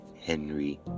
Henry